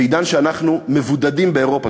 בעידן שבו אנחנו מבודדים באירופה,